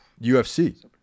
UFC